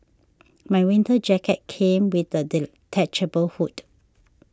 my winter jacket came with a detachable hood